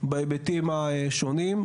בהיבטים השונים,